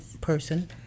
person